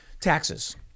Taxes